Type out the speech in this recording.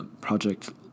project